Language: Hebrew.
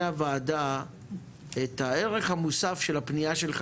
הוועדה את הערך המוסף של הפנייה שלך